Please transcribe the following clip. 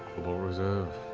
cobalt reserve.